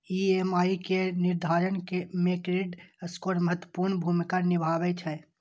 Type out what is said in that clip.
EMI केर निर्धारण मे क्रेडिट स्कोर महत्वपूर्ण भूमिका निभाबै छै